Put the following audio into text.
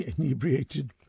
inebriated